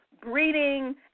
breeding